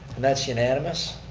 and that's unanimous.